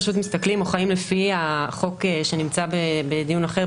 אנחנו מסתכלים או חיים לפי חוק שנמצא בדיון אחר,